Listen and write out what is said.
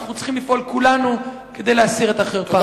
אנחנו צריכים לפעול כולנו כדי להסיר את החרפה הזאת.